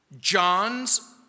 John's